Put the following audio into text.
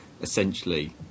essentially